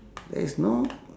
there is no